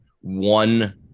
one